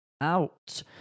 out